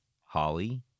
Holly